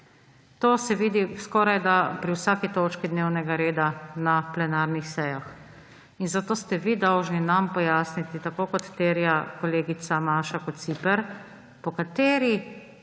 To se vidi skorajda pri vsaki točki dnevnega reda na plenarnih sejah. Zato ste vi dolžni nam pojasniti, tako kot terja kolegica Maša Kociper, po katerem